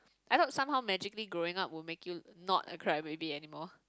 I hope somehow magically growing up will make you not a crybaby anymore